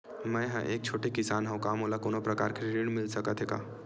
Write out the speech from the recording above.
मै ह एक छोटे किसान हंव का मोला कोनो प्रकार के ऋण मिल सकत हे का?